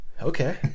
Okay